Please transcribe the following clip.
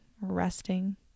resting